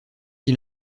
ils